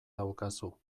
daukazu